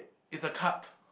it's a cup